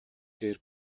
дээр